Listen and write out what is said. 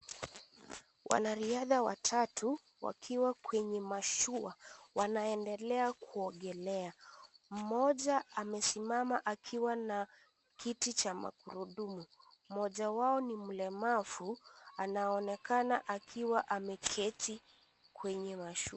Wanariadha watati wakiwa kwenye mashua wanaendelea kuogelea. Mmoja amesimama akiwa na kiti cha magurudumu. Mmoja wao ni mlemavu anaonekana akiwa ameketi kwenye mashua.